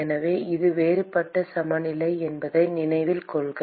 எனவே இது வேறுபட்ட சமநிலை என்பதை நினைவில் கொள்க